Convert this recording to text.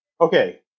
Okay